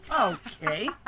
Okay